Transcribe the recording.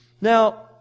Now